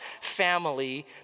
family